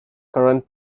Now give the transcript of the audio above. current